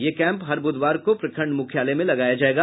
यह कैंप हर बुधवार को प्रखंड मुख्यालय में लगाया जायेगा